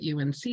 UNC